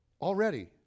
already